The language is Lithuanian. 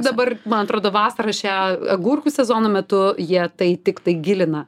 dabar man atrodo vasarą šią agurkų sezono metu jie tai tiktai gilina